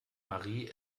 marie